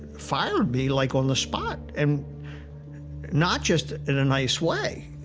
fired me, like, on the spot, and not just in a nice way.